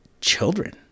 children